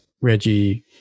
Reggie